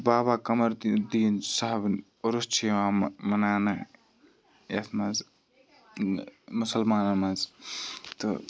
بابا قَمَردیٖن دیٖن صحبُن عُرُس چھُ یِوان مَناونہٕ یَتھ مَنٛز مُسَلمانَن مَنٛز تہٕ